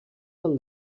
del